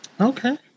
Okay